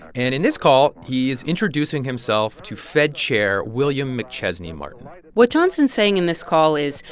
and in this call, he is introducing himself to fed chair william mcchesney martin what johnson's saying in this call is,